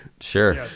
Sure